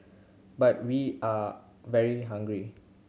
but we are very hungry